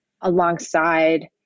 alongside